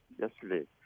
yesterday